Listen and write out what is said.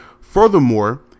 Furthermore